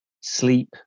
sleep